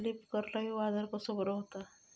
Leaf curl ह्यो आजार कसो बरो व्हता?